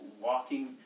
walking